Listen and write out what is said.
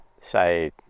say